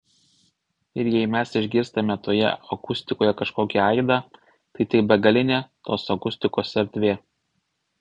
ir jei mes išgirstame toje akustikoje kažkokį aidą tai tik begalinė tos akustikos erdvė